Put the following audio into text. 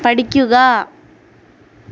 പഠിക്കുക